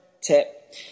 tip